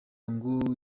ngo